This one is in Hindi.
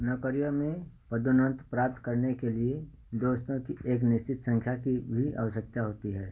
नौकरियों में पदोन्नत प्राप्त करने के लिए दोस्तों की एक निश्चित संख्या की भी अवश्यकता होती है